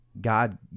God